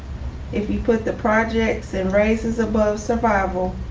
if you put the projects and races above survival,